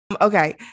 Okay